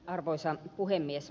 arvoisa puhemies